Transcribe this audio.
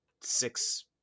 six